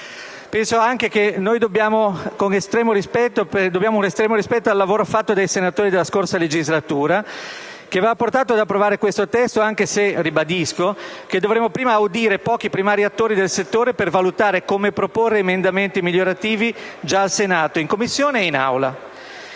Penso anche che dobbiamo estremo rispetto al lavoro fatto dai senatori della scorsa legislatura, che aveva portato ad approvare questo testo, anche se - ribadisco - dovremmo prima audire pochi e primari attori del settore per valutare come proporre emendamenti migliorativi già al Senato, in Commissione e in Aula.